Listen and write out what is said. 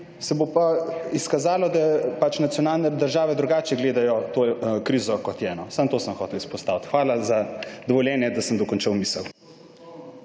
se bo pa izkazalo, da nacionalne države drugače gledajo to krizo, kot je. Samo to sem hotel izpostaviti. Hvala za dovoljenje, da sem dokončal misel.